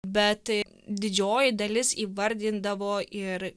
bet didžioji dalis įvardindavo ir